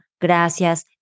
Gracias